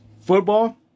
Football